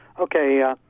Okay